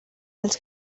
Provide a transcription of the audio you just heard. als